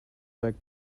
like